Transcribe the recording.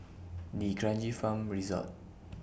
D'Kranji Farm Resort